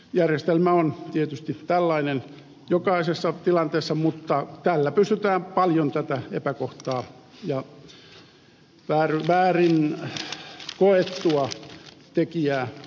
järjestelmä on tietysti tällainen jokaisessa tilanteessa mutta tällä pystytään paljon tätä epäkohtaa ja vääryydeksi koettua tekijää oikaisemaan